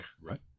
right